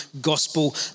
gospel